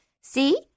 See